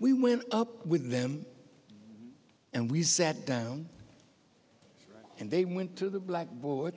we went up with them and we sat down and they went to the blackboard